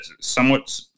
somewhat